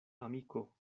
amiko